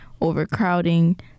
overcrowding